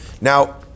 Now